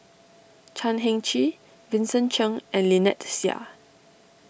Chan Heng Chee Vincent Cheng and Lynnette Seah